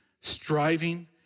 striving